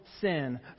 sin